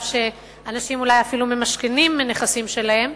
שאנשים אולי אפילו ממשכנים נכסים שלהם,